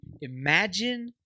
imagine